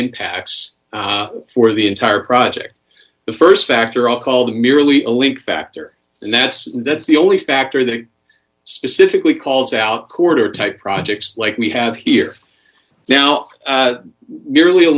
impacts for the entire project the st factor i'll call the merely a week factor and that's that's the only factor that specifically calls out quarter type projects like we have here now nearly a